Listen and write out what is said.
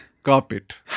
carpet